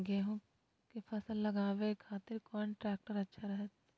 गेहूं के फसल लगावे खातिर कौन ट्रेक्टर अच्छा रहतय?